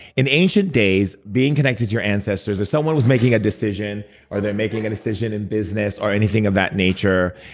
in ancient days, being connected to your ancestors. if someone was making a decision or they're making a decision in business or anything of that nature,